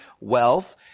wealth